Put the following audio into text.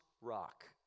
rock